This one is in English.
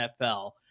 NFL